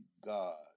God